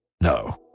No